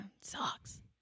sucks